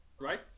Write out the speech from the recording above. right